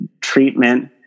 treatment